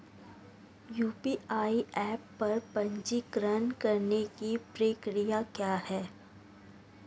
UPI app पर पंजीकरण करने की प्रक्रिया क्या है?